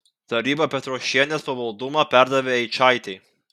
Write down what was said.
taryba petrošienės pavaldumą perdavė eičaitei